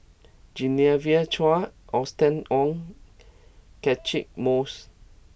Genevieve Chua Austen Ong Catchick Moses